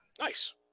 Nice